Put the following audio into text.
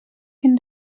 can